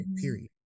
Period